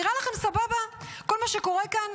נראה לכם סבבה כל מה שקורה כאן?